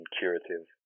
curative